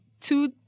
Two